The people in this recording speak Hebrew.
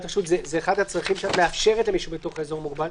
רשות זה אחד הצרכים שאת מאפשרת למי שבתוך האזור המוגבל,